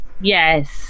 Yes